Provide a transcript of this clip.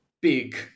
big